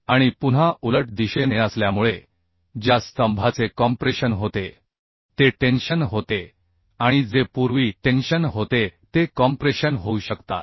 आणि पुन्हा उलट दिशेने असल्यामुळे ज्या स्तंभाचे कॉम्प्रेशन होते ते टेन्शन होते आणि जे पूर्वी टेन्शन होते ते कॉम्प्रेशन होऊ शकतात